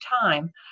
time